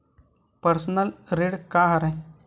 Personal ऋण का हरय?